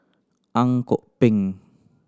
Ang Kok Peng